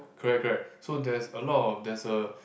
correct correct so there's a lot of there's a